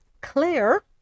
clear